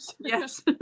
Yes